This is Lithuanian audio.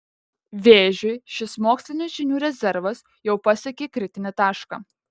vėžiui šis mokslinių žinių rezervas jau pasiekė kritinį tašką